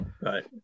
Right